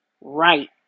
right